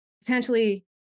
potentially